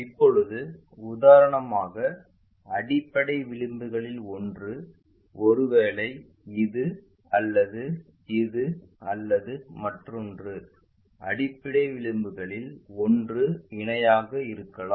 இப்போது உதாரணமாக அடிப்படை விளிம்புகளில் ஒன்று ஒருவேளை இது அல்லது இது அல்லது மற்றொன்று அடிப்படை விளிம்புகளில் ஒன்று இணையாக இருக்கலாம்